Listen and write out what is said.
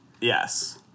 yes